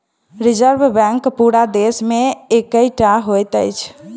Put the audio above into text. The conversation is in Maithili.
रिजर्व बैंक पूरा देश मे एकै टा होइत अछि